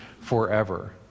forever